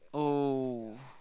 oh